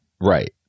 Right